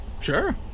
Sure